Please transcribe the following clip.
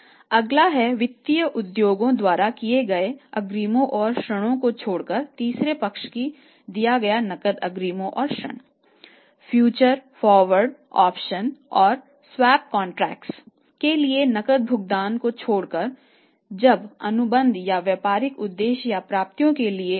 अगला है वित्तीय उद्यमों द्वारा किए गए अग्रिमों और ऋणों को छोड़कर तीसरे पक्ष को दिया गया नकद अग्रिम और ऋण